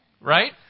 right